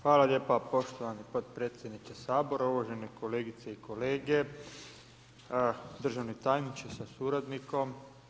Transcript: Hvala lijepa poštovani potpredsjedniče Sabora, uvažene kolegice i kolege, državni tajniče sa suradnikom.